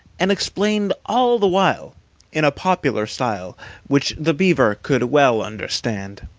and explained all the while in a popular style which the beaver could well understand.